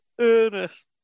Ernest